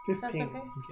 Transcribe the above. Fifteen